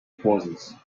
pauses